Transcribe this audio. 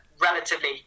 relatively